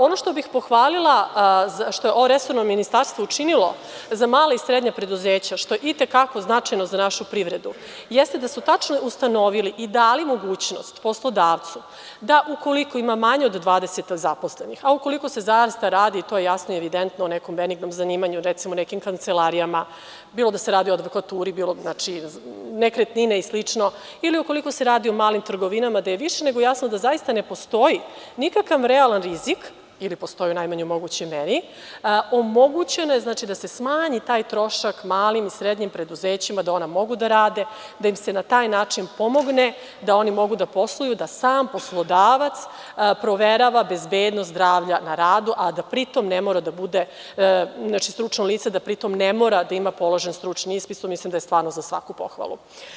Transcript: Ono što bih pohvalila, što je resorno ministarstvo učinilo za mala i srednja preduzeća, što je i te kako značajno za našu privredu, jeste da su tačno ustanovili i dali mogućnost poslodavcu da ukoliko ima manje od 20 zaposlenih, a ukoliko se zaista radi, to je jasno i evidentno, o nekom benignom zanimanju, recimo nekim kancelarijama, bilo da se radi o advokaturi, bilo nekretnine i slično, ili ukoliko se radi o malim trgovinama, da je više nego jasno da zaista ne postoji nikakav realan rizik ili postoji u najmanjoj mogućoj meri, omogućeno je da se smanji taj trošak malim i srednjim preduzećima, da ona mogu da rade, da im se na taj način pomogne da oni mogu da posluju, da sam poslodavac proverava bezbednost zdravlja na radu, a da pritom stručno lice ne mora da ima položen stručni ispit, što mislim da je stvarno za svaku pohvalu.